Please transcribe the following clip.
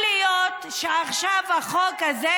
לים, זה מה שהם רוצים.